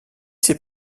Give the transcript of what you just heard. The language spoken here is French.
ses